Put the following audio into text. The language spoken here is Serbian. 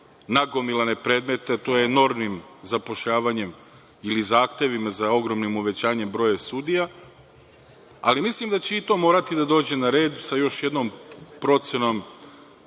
nagomilane predmete, i to enormnim zapošljavanjem ili zahtevima za ogromnim uvećanjem broja sudija, ali mislim da će i to morati da dođe na red, sa još jednom procenom,